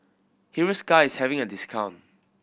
Hiruscar is having a discount